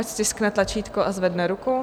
Ať stiskne tlačítko a zvedne ruku.